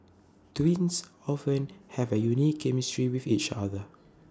twins often have A unique chemistry with each other